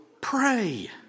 Pray